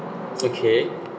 okay